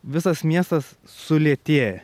visas miestas sulėtėja